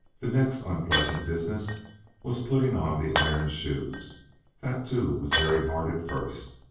the next unpleasant business was putting on the iron shoes that too was very hard at first.